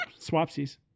swapsies